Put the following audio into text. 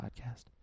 podcast